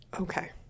Okay